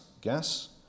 gas